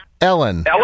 Ellen